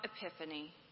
Epiphany